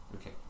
Okay